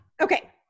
okay